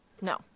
No